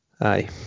Aye